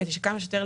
כדי להקל כמה שניתן.